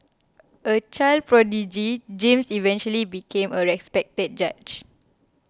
a child prodigy James eventually became a respected judge